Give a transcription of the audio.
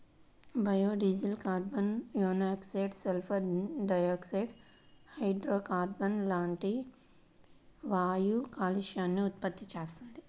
biodiesel carbon monoxide, sulphur dioxide, హైడ్రోకార్బన్లు లాంటి వాయు కాలుష్యాలను ఉత్పత్తి చేస్తుంది